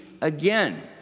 again